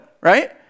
right